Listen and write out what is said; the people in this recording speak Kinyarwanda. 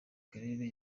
claire